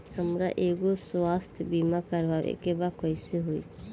हमरा एगो स्वास्थ्य बीमा करवाए के बा कइसे होई?